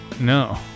No